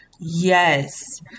Yes